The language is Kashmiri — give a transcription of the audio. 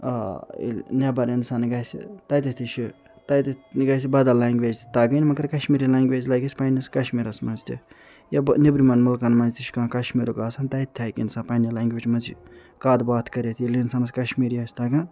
آ ییٚلہِ نیٚبَر اِنسان گَژھہِ تَتیٚتھ تہِ چھُ تَتیٚتھ گَژھہِ بدل لنٛگویج تہِ تگٕنۍ مگر کشمیری لنٛگویح لگہِ اسہِ پننِس کشمیٖرس منٛز تہِ یا بہٕ نیٚبرِمیٚن مُلکن منٛز تہِ چھُ کانٛہہ کشمیٖرُک آسَن تَتہِ ہیٚکہِ اِنسان پننہِ لنٛگویج منٛز یہِ کَتھ باتھ کٔرِتھ ییٚلہِ اِنسانس کشمیری آسہِ تگان